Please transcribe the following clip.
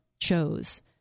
chose